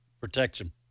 protection